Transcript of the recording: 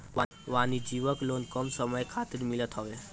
वाणिज्यिक लोन कम समय खातिर मिलत हवे